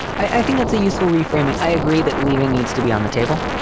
i think that's a useful reframing. i agree that leaving needs to be on the table.